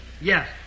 Yes